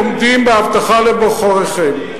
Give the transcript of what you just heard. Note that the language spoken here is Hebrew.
בעניין הזה אתם אינכם עומדים בהבטחה לבוחריכם.